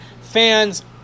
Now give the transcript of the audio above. fans